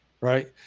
Right